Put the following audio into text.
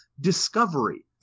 discovery